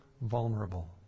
vulnerable